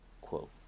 quote